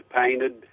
painted